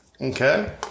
Okay